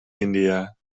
india